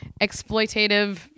exploitative